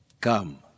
Come